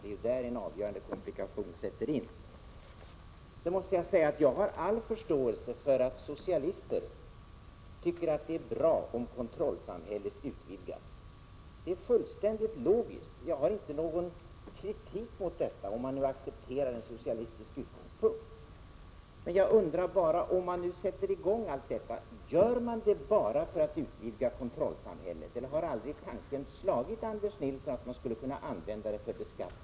Där kommer en avgörande komplikation till. Jag har all förståelse för att socialister tycker att det är bra om kontrollsamhället utvidgas. Det är fullständigt logiskt. Jag har inte någon kritik mot detta, om man nu accepterar en socialistisk utgångspunkt. Men jag undrar om man nu sätter i gång allt detta för att utvidga kontrollsamhället. Har aldrig tanken slagit Anders Nilsson att man skulle kunna använda systemet för beskattning?